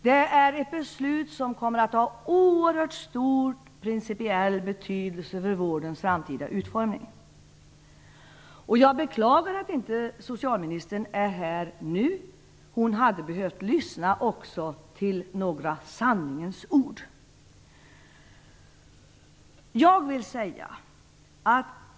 Det är ett beslut som kommer att ha oerhört stor principiell betydelse för vårdens framtida utformning. Jag beklagar att socialministern inte är här nu, för hon hade behövt lyssna till några sanningens ord.